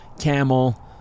camel